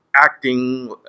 acting